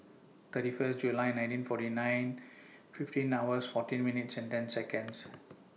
thirty First July nineteen forty nine fifteen hours fourteen minutes and ten Seconds